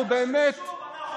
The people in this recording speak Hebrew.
אנחנו באמת, איך זה קשור?